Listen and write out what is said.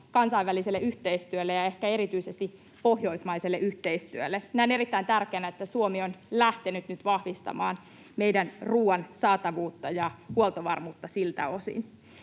kansainväliselle yhteistyölle ja ehkä erityisesti pohjoismaiselle yhteistyölle? Näen erittäin tärkeänä, että Suomi on lähtenyt nyt vahvistamaan meidän ruoan saatavuutta ja huoltovarmuutta siltä osin.